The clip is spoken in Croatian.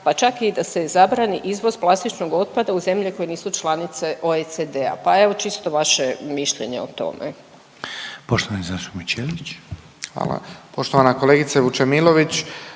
pa čak i da se zabrani izvoz plastičnog otpada u zemlje koje nisu članice OECD-a, pa evo čisto vaše mišljenje o tome. **Reiner, Željko (HDZ)** Poštovani zastupnik Ćelić.